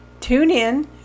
TuneIn